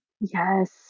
Yes